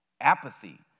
apathy